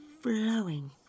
flowing